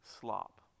slop